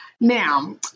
now